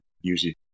usually